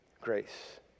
grace